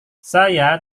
saya